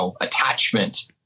attachment